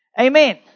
Amen